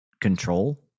control